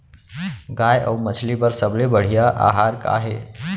गाय अऊ मछली बर सबले बढ़िया आहार का हे?